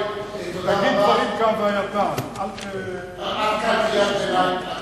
תגיד דברים כהווייתם, חבר הכנסת בוים, תודה רבה.